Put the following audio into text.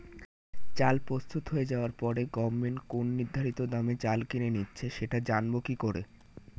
চাল প্রস্তুত হয়ে যাবার পরে গভমেন্ট কোন নির্ধারিত দামে চাল কিনে নিচ্ছে সেটা জানবো কি করে?